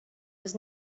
was